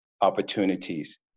opportunities